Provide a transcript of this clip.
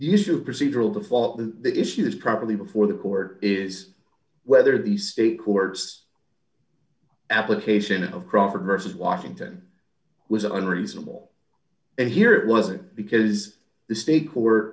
the issue of procedural default the issue is probably before the court is whether the state courts application of crawford versus washington was unreasonable and here it wasn't because the state court